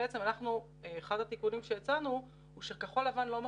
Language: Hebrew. אחד התיקונים שהצענו הוא שכחול לבן לא מפריטים.